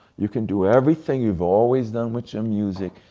you can do everything you've always done with your music,